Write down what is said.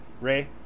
Ray